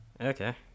okay